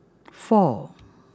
four